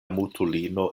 mutulino